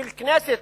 של הכנסת,